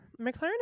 McLaren